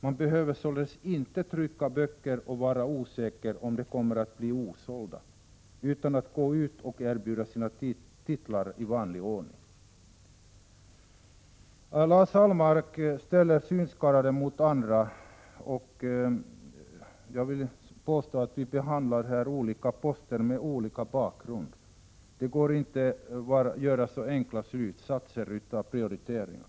Man behöver således inte trycka böcker och vara osäker på om de kommer att bli sålda, utan man kan gå ut och erbjuda sina titlar i vanlig ordning. Lars Ahlmark ställde synskadade mot andra. Jag vill påstå att vi här behandlar olika poster med olika bakgrund. Det går inte att dra så enkla slutsatser vad gäller prioriteringar.